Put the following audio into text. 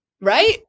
Right